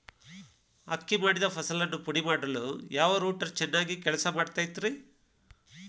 ಅಕ್ಕಿ ಮಾಡಿದ ಫಸಲನ್ನು ಪುಡಿಮಾಡಲು ಯಾವ ರೂಟರ್ ಚೆನ್ನಾಗಿ ಕೆಲಸ ಮಾಡತೈತ್ರಿ?